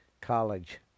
college